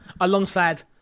alongside